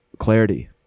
clarity